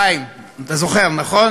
חיים, אתה זוכר, נכון?